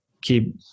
Keep